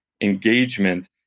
engagement